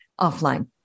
offline